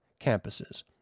campuses